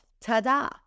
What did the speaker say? Ta-da